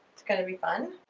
it's gonna be fun.